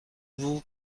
vous